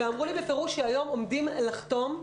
ואמרו לי בפירוש שהיום עומדים לחתום,